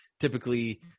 typically